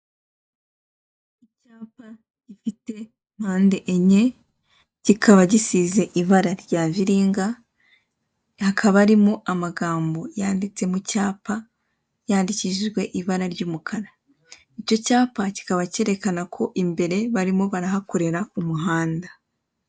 Umuhanda wa kaburimbo uri kugendamo ibinyabiziga bitandukanye harimo amapikipiki ndetse n'imodoka ntoya zitwara abantu ku giti cyabo, iruhande rw'umuhanda hari inzu ndende y'igorofa.